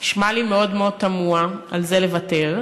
נשמע לי מאוד מאוד תמוה על זה לוותר.